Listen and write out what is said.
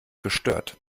gestört